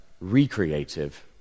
recreative